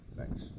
Thanks